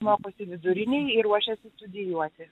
mokosi vidurinėj ir ruošiasi studijuoti